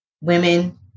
women